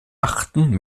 achten